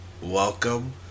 welcome